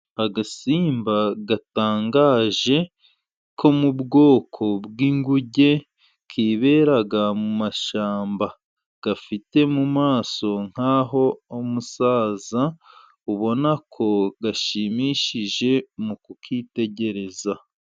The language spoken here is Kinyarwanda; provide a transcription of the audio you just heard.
Agasimba gatangaje ko mu bwoko bw'inguge kiberaga mu mashyamba, gafite mu maso nk'aho umusaza. Ubona ko gashimishije mu kukitegereza.